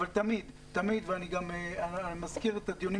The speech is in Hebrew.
אבל תמיד ואני מזכיר את הדיונים